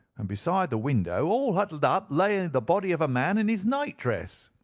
and beside the window, all huddled up, lay and the body of a man in his nightdress.